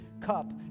cup